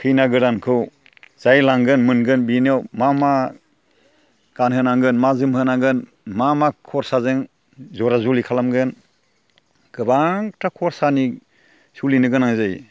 खैना गोदानखौ जाय लांगोन मोनगोन बिनियाव मा मा गानहोनांगोन मा जोमहोनांगोन मा मा खरसाजों जरा जुलि खालामगोन गोबांथा खरसानि सोलिनो गोनां जायो